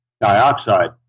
dioxide